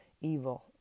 evil